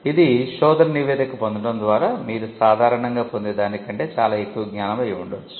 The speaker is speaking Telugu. ఇది శోధన నివేదిక పొందడం ద్వారా మీరు సాధారణంగా పొందే దానికంటే చాలా ఎక్కువ జ్ఞానం అయి ఉండవచ్చు